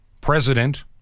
president